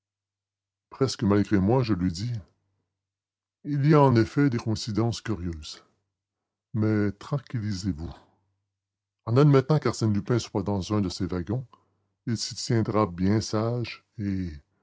presque malgré moi je lui dis il y a en effet des coïncidences curieuses mais tranquillisez-vous en admettant qu'arsène lupin soit dans un de ces wagons il s'y tiendra bien sage et